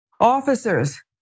Officers